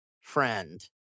friend